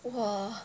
!whoa!